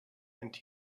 and